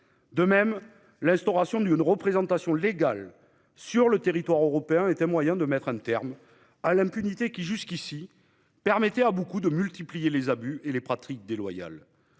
De même, l'instauration d'une représentation légale sur le territoire européen apparaît comme un moyen efficace de mettre un terme à l'impunité qui, jusqu'ici, permettait à certains de multiplier les abus et les pratiques déloyales.